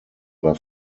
war